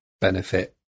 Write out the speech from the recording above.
benefit